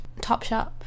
Topshop